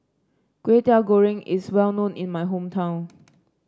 Kway Teow Goreng is well known in my hometown